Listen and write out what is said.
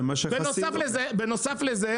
בנוסף לזה,